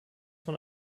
von